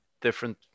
different